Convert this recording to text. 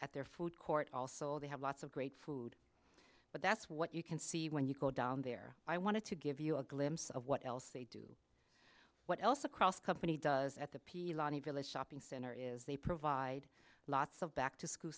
at their food court also they have lots of great food but that's what you can see when you go down there i want to give you a glimpse of what else they do what else across company does at the villa shopping center is they provide lots of back to school